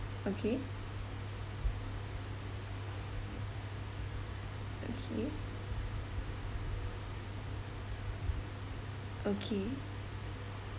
okay okay okay